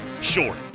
short